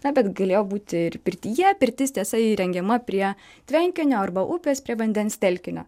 na bet galėjo būti ir pirtyje pirtis tiesa įrengiama prie tvenkinio arba upės prie vandens telkinio